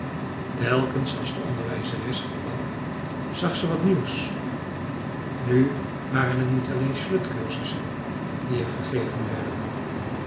telkens als de onderwijzeres er kwam zag ze wat nieuws nu waren het niet alleen slöjdcursussen die er gegeven werden